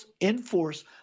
enforce